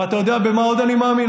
אתה יודע במה עוד אני מאמין?